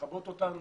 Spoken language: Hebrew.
לכבות אותן,